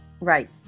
Right